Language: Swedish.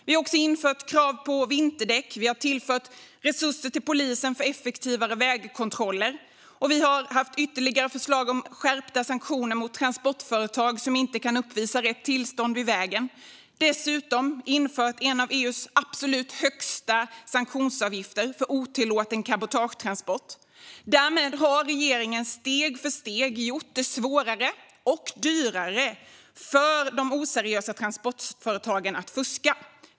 Vi har också infört krav på vinterdäck, tillfört resurser till polisen för effektivare vägkontroller och lagt fram ytterligare förslag om skärpta sanktioner mot transportföretag som inte kan uppvisa rätt tillstånd vid vägen. Dessutom har vi infört en av EU:s absolut högsta sanktionsavgifter för otillåten cabotagetransport. Därmed har regeringen steg för steg gjort det svårare och dyrare för oseriösa transportföretag att fuska.